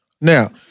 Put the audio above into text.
Now